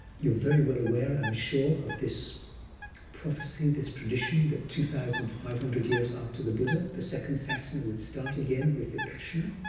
you're very well aware, i'm sure, of this prophecy, this tradition that two thousand five hundred years after the buddha the second sasana would start again with vipassana.